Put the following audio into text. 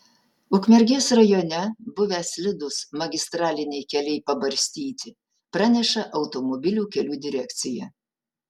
ukmergės rajone buvę slidūs magistraliniai keliai pabarstyti praneša automobilių kelių direkcija